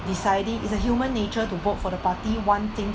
deciding is a human nature to vote for the party one thing